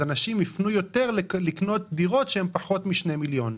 אז אנשים יפנו יותר לקנות דירות שהן פחות מ-2 מיליון,